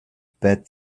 pat